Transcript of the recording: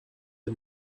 the